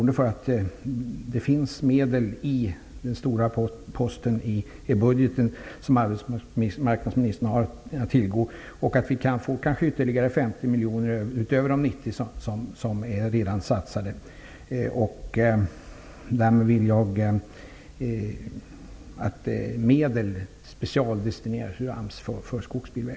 Det finns medel i den stora posten i budgeten, som arbetsmarknadsministern har att tillgå. Vi kan kanske få ytterligare 50 miljoner utöver de 90 miljoner som redan är satsade. Därmed önskar jag att medel för skogsbilvägar specialdestineras ur